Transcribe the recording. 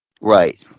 Right